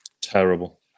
terrible